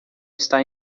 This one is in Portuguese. está